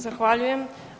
Zahvaljujem.